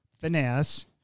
finesse